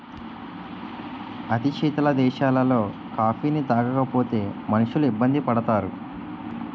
అతి శీతల దేశాలలో కాఫీని తాగకపోతే మనుషులు ఇబ్బంది పడతారు